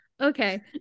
Okay